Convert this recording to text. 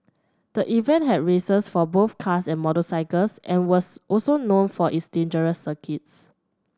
the event had races for both cars and motorcycles and was also known for its dangerous circuits